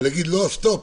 להגיד לו: סטופ,